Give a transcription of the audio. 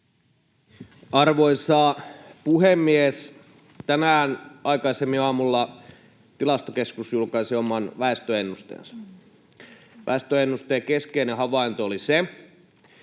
Arvoisa puhemies! Tänään aikaisemmin aamulla Tilastokeskus julkaisi oman väestöennusteensa. Väestöennusteen keskeinen havainto oli se,